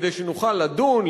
כדי שנוכל לדון,